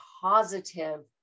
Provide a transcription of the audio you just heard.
positive